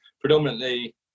predominantly